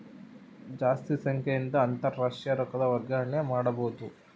ಜಾಸ್ತಿ ಸಂಖ್ಯೆಯಿಂದ ಅಂತಾರಾಷ್ಟ್ರೀಯ ರೊಕ್ಕದ ವರ್ಗಾವಣೆ ಮಾಡಬೊದು